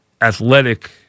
athletic